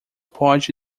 pode